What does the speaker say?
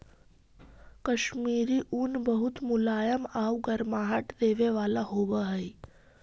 कश्मीरी ऊन बहुत मुलायम आउ गर्माहट देवे वाला होवऽ हइ